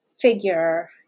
figure